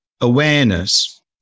awareness